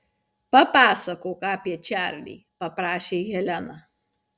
papasakok apie čarlį paprašė helena